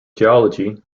geology